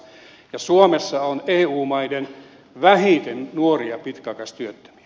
ja suomessa on eu maiden vähiten nuoria pitkäaikaistyöttömiä